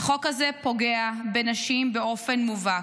החוק הזה פוגע בנשים באופן מובהק,